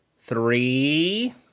three